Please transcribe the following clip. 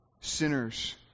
sinners